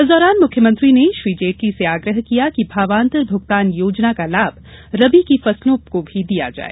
इस दौरान मुख्यमंत्री ने श्री जेटली से आग्रह किया कि भावांतर मुगतान योजना का लाभ रबी की फसलों को भी दिया जाय